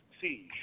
siege